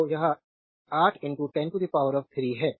तो यह 8 103 है